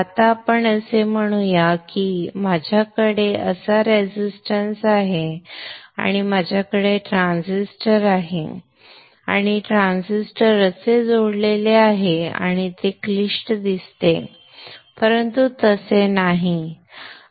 आता आपण असे म्हणू या की माझ्याकडे असा रेजिस्टन्स आहे आणि माझ्याकडे ट्रान्झिस्टर आहे आणि ट्रान्झिस्टर असे जोडलेले आहे आणि ते क्लिष्ट दिसते परंतु तसे नाही